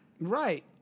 Right